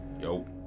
Yo